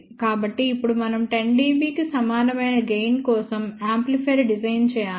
కాబట్టి ఇప్పుడు మనం 10 dB కి సమానమైన గెయిన్ కోసం యాంప్లిఫైయర్ డిజైన్ చేయాలి